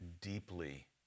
deeply